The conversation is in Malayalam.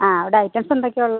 ആ അവിടെ ഐറ്റംസ് എന്തൊക്കെയാണ് ഉള്ളത്